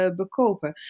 bekopen